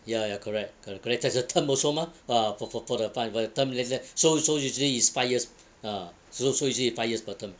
ya ya correct correct correct there's a term also mah ah for for for the five for the term like that so so usually is five years ah so so is usually five years per term